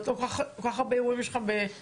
כל כך הרבה אירועים יש לך בירושלים.